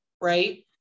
right